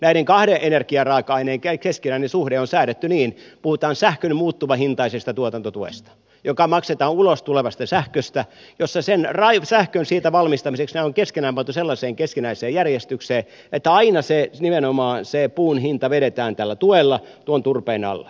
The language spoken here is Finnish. näiden kahden energiaraaka aineen keskinäinen suhde on säädetty niin puhutaan sähkön muuttuvahintaisesta tuotantotuesta joka maksetaan ulos tulevasta sähköstä jossa sen sähkön siitä valmistamiseksi ne on pantu sellaiseen keskinäiseen järjestykseen että aina nimenomaan se puun hinta vedetään tällä tuella tuon turpeen alle